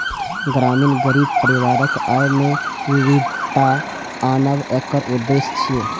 ग्रामीण गरीब परिवारक आय मे विविधता आनब एकर उद्देश्य छियै